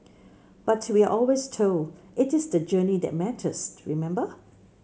but we are always told it is the journey that matters remember